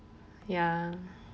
ya